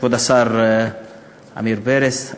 כבוד השר עמיר פרץ,